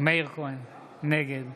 מאיר כהן, נגד